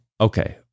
Okay